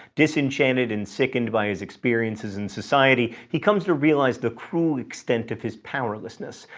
disenchanted and sickened by his experiences in society, he comes to realize the cruel extent of his powerlessness.